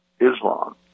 Islam